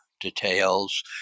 details